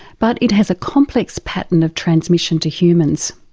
but it has a complex pattern of transmission to humans.